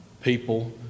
people